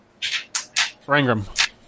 Rangram